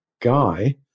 guy